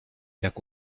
jak